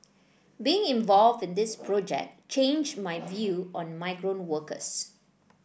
being involved in this project changed my view on migrant workers